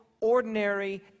ordinary